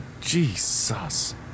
Jesus